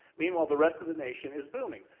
meanwhile, the rest of the nation is booming.